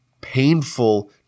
painful